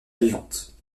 vivante